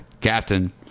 captain